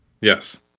Yes